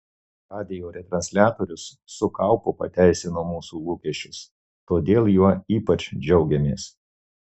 radijo retransliatorius su kaupu pateisino mūsų lūkesčius todėl juo ypač džiaugiamės